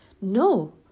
No